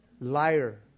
liar